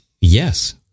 Yes